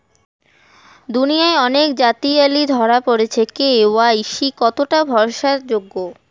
দুনিয়ায় অনেক জালিয়াতি ধরা পরেছে কে.ওয়াই.সি কতোটা ভরসা যোগ্য?